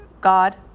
god